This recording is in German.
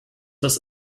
das